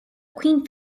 mcqueen